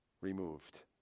removed